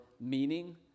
meaning